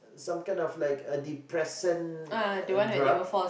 some kind of like a depressant uh drug